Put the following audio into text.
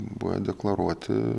buvę deklaruoti